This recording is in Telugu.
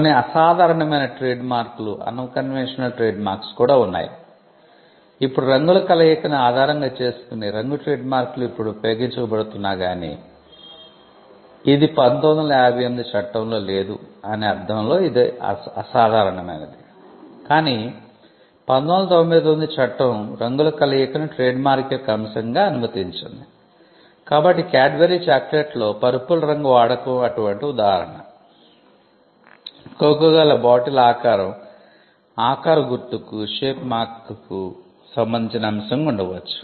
కొన్ని అసాధారణమైన ట్రేడ్మార్క్ లు సంబంధించిన అంశంగా ఉండవచ్చు